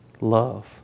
love